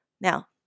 Now